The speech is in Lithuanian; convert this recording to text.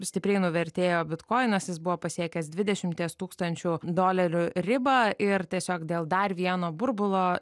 stipriai nuvertėjo bitkoinas jis buvo pasiekęs dvidešimties tūkstančių dolerių ribą ir tiesiog dėl dar vieno burbulo